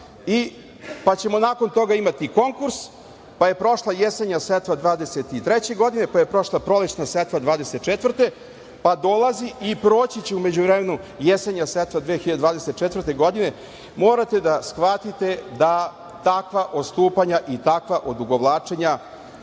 pa ćemo nakon toga imati konkurs, pa je prošla jesenja setva 2023. godine, pa je prošla prolećna setva 2024. godine, pa dolazi i proći će u međuvremenu jesenja setva 2024. godine. Morate da shvatite da takva odstupanja i takva odugovlačenja